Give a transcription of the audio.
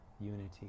unity